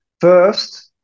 first